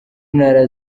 ntara